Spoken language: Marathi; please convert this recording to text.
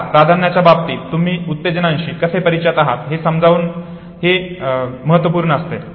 आता प्राधान्याच्या बाबतीत तुम्ही उत्तेजानांशी कसे परिचित आहात हे महत्वपूर्ण असते